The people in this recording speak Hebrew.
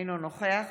אינו נוכח